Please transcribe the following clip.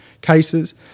cases